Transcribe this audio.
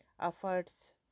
efforts